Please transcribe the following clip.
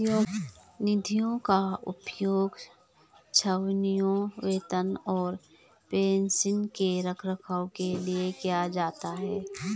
निधियों का उपयोग छावनियों, वेतन और पेंशन के रखरखाव के लिए किया जाता है